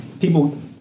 people